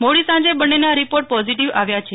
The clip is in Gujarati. મોડી સાંજે બંન્નેના રીપોર્ટ પોઝીટીવ આવ્યા છે